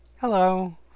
Hello